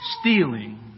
Stealing